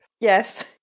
Yes